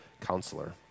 counselor